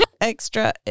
extra